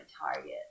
target